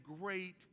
great